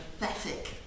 pathetic